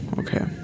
okay